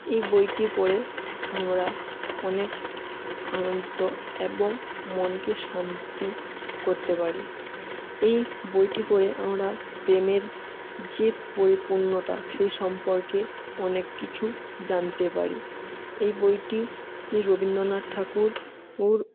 এই বইটি পড়ে আমরা অনেক আনন্দিত এবং মনকে শান্তি করতে পারি এই বইটি পড়ে আমরা প্রেমের যে পরিপূর্ণতা সেই সম্পর্কে অনেক কিছু জানতে পারি এই বইটি রবীন্দ্রনাথ ঠাকুর